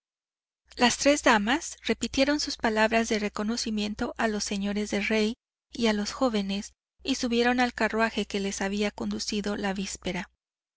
las tres damas repitieron sus palabras de reconocimiento a los señores de rey y a los jóvenes y subieron al carruaje que las había conducido la víspera